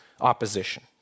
opposition